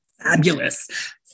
Fabulous